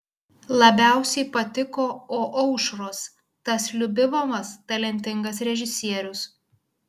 labiausiai patiko o aušros tas liubimovas talentingas režisierius